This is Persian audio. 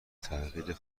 تغییر